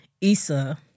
Issa